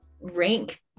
rank